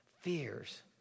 fears